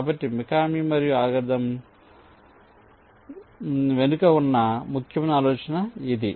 కాబట్టి మికామి మరియు Tabuchi algorithm వెనుక ఉన్న ముఖ్యమైన ఆలోచన ఇది